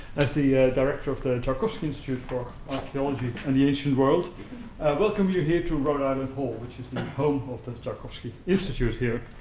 as the director of the joukowsky institute for archaeology and the ancient world, i welcome you here rhode island hall, which is the home of the joukowsky institute here.